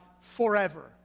forever